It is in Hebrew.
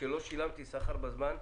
שלא שלמתי שכר בזמן,